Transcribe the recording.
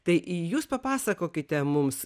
tai jūs papasakokite mums